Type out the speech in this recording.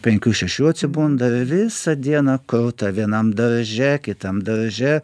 penkių šešių atsibunda ir visą dieną kruta vienam darže kitam darže